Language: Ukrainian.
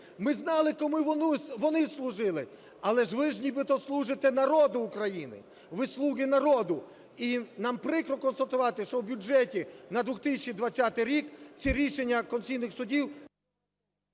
Ми знали, кому вони служили, але ж ви нібито служите народу України, ви "слуги народу". І нам прикро констатувати, що в бюджеті на 2020 рік ці рішення конституційних судів…